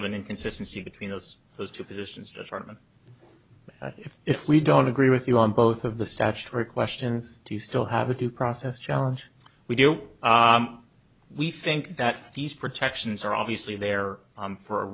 of an inconsistency between those those two positions disarmament if we don't agree with you on both of the statutory questions to still have a due process challenge we don't we think that these protections are obviously there for a